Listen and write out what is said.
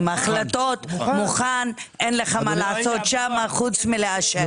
עם החלטות, מוכן, אין לך מה לעשות שם חוץ מלאשר.